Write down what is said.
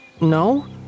No